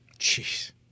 Jeez